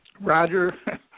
Roger